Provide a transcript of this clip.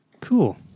Cool